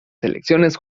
selecciones